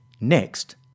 Next